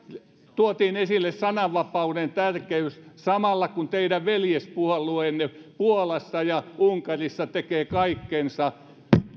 tuotiin esille sananvapauden tärkeys samalla kun teidän veljespuolueenne puolassa ja unkarissa tekevät kaikkensa